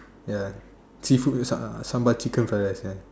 ya seafood Sa~ sambal chicken fried rice and